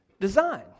design